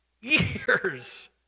Years